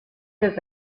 does